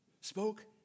spoke